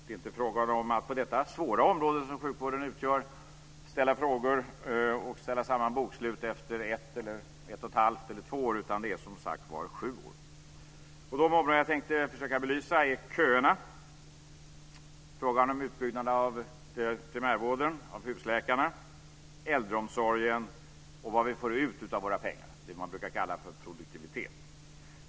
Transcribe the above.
Det är inte fråga om att, på det svåra område som sjukvården utgör, ställa frågor och ställa samman bokslut efter ett, ett och ett halvt eller två år, utan det är som sagt sju år. De områden jag tänkte försöka belysa är köerna, frågan om utbyggnaden av primärvården och av husläkarna, äldreomsorgen samt vad vi får ut av våra pengar, dvs. det man brukar kalla produktivitet.